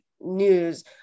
news